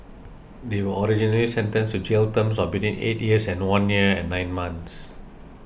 they were originally sentenced to jail terms of between eight years and one year and nine months